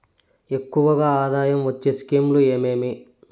ఎక్కువగా ఆదాయం వచ్చే స్కీమ్ లు ఏమేమీ?